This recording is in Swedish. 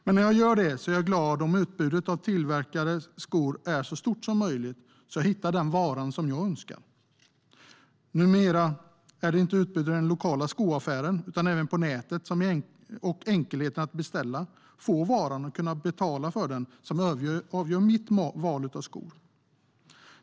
Men när jag gör det är jag glad om utbudet av tillverkare av skor är så stort som möjligt, så att jag hittar den vara som jag önskar. Numera är det utbudet inte bara i den lokala skoaffären utan även på nätet samt enkelheten att beställa, få varan och kunna betala den som avgör mitt val av sko.